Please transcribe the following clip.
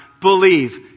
Believe